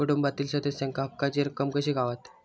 कुटुंबातील सदस्यांका हक्काची रक्कम कशी गावात?